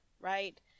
right